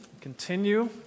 Continue